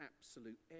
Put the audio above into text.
absolute